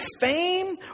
fame